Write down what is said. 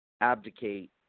abdicate